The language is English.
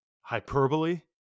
hyperbole